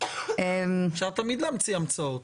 אפשר תמיד להמציא המצאות.